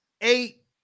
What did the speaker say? eight